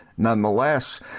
Nonetheless